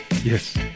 yes